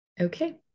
Okay